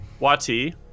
Wati